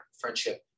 friendship